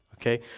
okay